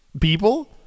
People